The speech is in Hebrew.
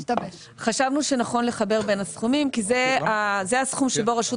חשבנו שנכון לחבר בין הסכומים כי זה הסכום שבו רשות